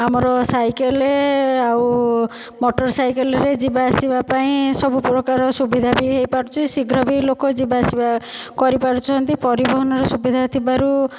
ଆମର ସାଇକେଲ୍ ଆଉ ମଟର୍ ସାଇକେଲ୍ରେ ଯିବା ଆସିବା ପାଇଁ ସବୁ ପ୍ରକାର ସୁବିଧା ବି ହୋଇପାରୁଛି ଶୀଘ୍ର ବି ଲୋକ ଯିବା ଆସିବା କରିପାରୁଛନ୍ତି ପରିବହନର ସୁବିଧା ଥିବାରୁ